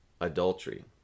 adultery